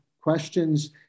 questions